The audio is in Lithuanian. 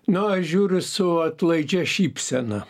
nu aš žiūriu su atlaidžia šypsena